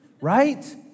Right